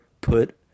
put